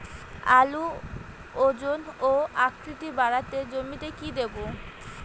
আলুর ওজন ও আকৃতি বাড়াতে জমিতে কি দেবো?